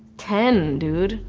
ten, dude.